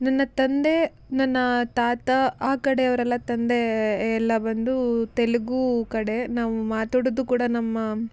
ನನ್ನ ತಂದೆ ನನ್ನ ತಾತ ಆ ಕಡೆಯವರೆಲ್ಲ ತಂದೆ ಎಲ್ಲ ಬಂದು ತೆಲುಗು ಕಡೆ ನಾವು ಮಾತಾಡೋದೂ ಕೂಡ ನಮ್ಮ